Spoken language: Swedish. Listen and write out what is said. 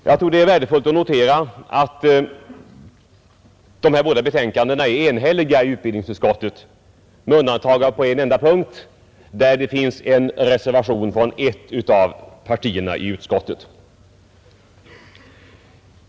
Jag vill betona att de båda betänkandena från utbildningsutskottet är enhälliga, med undantag för en enda punkt, där det finns en reservation från ett av partierna i utskottet.